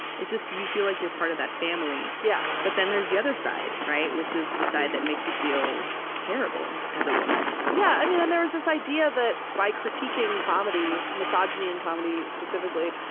it's just you feel like you're part of that family. yeah but then there's the other side, right, which is the side that makes you feel terrible, as a woman yeah, i mean and there was this idea that by critiquing comedy, misogyny in comedy, specifically,